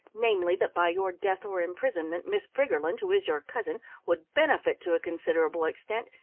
namely that by your death or imprisonment miss briggerland, who is your cousin, would benefit to a considerable extent,